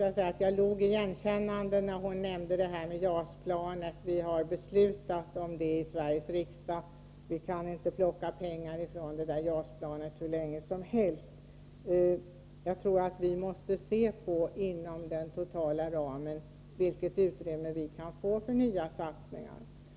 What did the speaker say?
Jag log igenkännande när Eva Hjelmström nämnde JAS-planet. Vi har beslutat om JAS-planet i Sveriges riksdag, och man kan inte ta pengar ifrån anslaget till det hur länge som helst. Jag tror att vi inom den totala ramen för kulturområdet måste se på vilket utrymme vi kan få för nya satsningar.